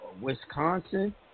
Wisconsin